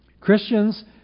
Christians